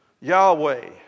Yahweh